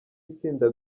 itsinda